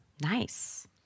Nice